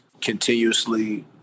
continuously